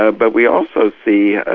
ah but we also see,